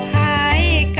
i